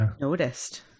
noticed